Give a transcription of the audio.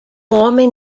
homem